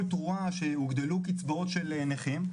תרועה שבו נקבעו כל מיני זכויות של נכים,